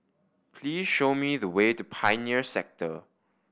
please show me the way to Pioneer Sector